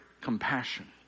compassion